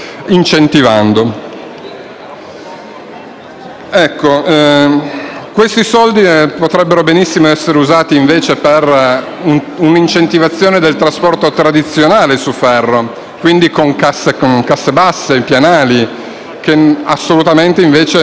Questi soldi potrebbero benissimo essere utilizzati per un'incentivazione del trasporto tradizionale su ferro con casse basse e pianali, che invece assolutamente non riescono a partire.